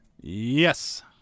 Yes